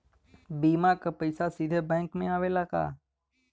बीमा क पैसा सीधे बैंक में आवेला का?